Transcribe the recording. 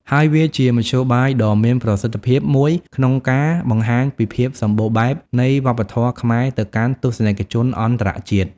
ហើយវាជាមធ្យោបាយដ៏មានប្រសិទ្ធភាពមួយក្នុងការបង្ហាញពីភាពសម្បូរបែបនៃវប្បធម៌ខ្មែរទៅកាន់ទស្សនិកជនអន្តរជាតិ។